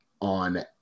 on